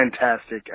fantastic